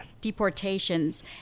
deportations